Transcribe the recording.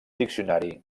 diccionari